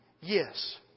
Yes